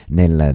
nel